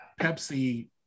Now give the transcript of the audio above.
Pepsi